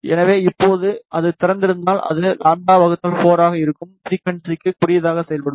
எனவே இப்போது அது திறந்திருந்தால்அது λ 4 ஆக இருக்கும் ஃபிரிக்குவன்ஸிக்கு குறுகியதாக செயல்படும்